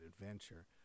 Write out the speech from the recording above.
adventure